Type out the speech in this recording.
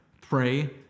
pray